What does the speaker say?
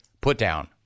put-down